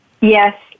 Yes